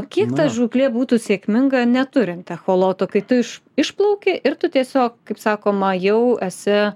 kiek ta žūklė būtų sėkminga neturint echoloto kai tu iš išplauki ir tu tiesiog kaip sakoma jau esi